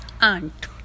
Aunt